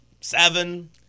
seven